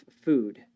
food